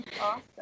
Awesome